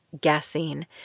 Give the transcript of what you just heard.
guessing